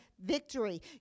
victory